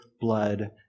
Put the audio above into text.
blood